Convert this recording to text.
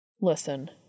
Listen